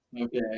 Okay